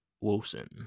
Wilson